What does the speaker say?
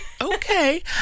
Okay